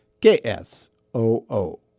K-S-O-O